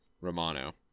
Romano